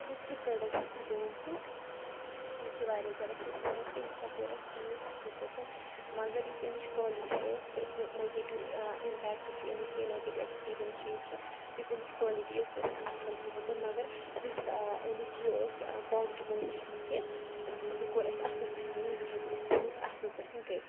یُس یہِ پروڈَکٹہٕ چھ دۄیِم ہِیوٗ یہِ چھِ واریاہ زِیادٕ اصٕل پَروڈَکٹہٕ یہِ کیاہ کوٚر اَسہِ یوٗز اَصٕل پٲٹھۍ مَگَر یُس امِچ کولِٹِی ٲس سۄ ٲس نہٕ نَگیٹِو اِمپیٚکٹہٕ چھ امیُک یہِ نَگیٹِو اؠکٕسپیٖریَنٕس چھ یہِ کہِ یُس اَمِچ کولِٹِی ٲس سۄ ٲس نہٕ اَصل کِہیٖنۍ تہِ مَگَر یُس امِچ یہِ ٲس پازِٹِو پویِنٹ چھِ یہِ کہِ یہِ کوٚر اَسہِ اَصٕل پٲٹھۍ یوٗز یہِ ہؠکو أسۍ یوٗز اَصٕل پٲٹھۍ کٔرِتھ